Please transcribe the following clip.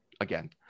again